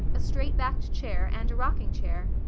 a straight-backed chair and a rocking chair.